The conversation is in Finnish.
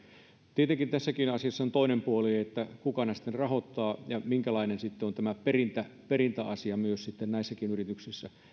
tietenkin tässäkin asiassa on se toinen puoli että kuka ne sitten rahoittaa ja minkälainen on tämä perintäasia näissä yrityksissä